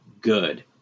good